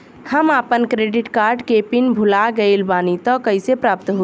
हम आपन credit card के पिन भुला गइल बानी त कइसे प्राप्त होई?